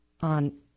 on